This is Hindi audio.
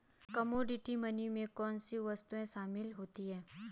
कमोडिटी मनी में कौन सी वस्तुएं शामिल होती हैं?